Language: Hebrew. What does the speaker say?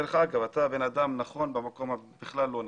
דרך אגב, אתה בן אדם נכון במקום בכלל לא נכון,